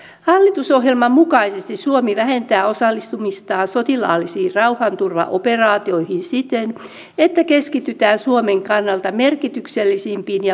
että käytetään nyt tätä tilaisuutta siihen millä tavoin me voimme parantaa sitä lainsäädännön tasoa ja valmistelun avoimuutta